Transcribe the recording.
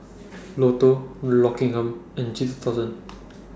Lotto Rockingham and G two thousand